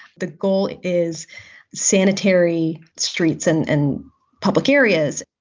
the goal is sanitary streets and and public areas.